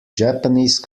japanese